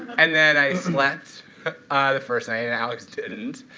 and then i slept the first night, and alex didn't.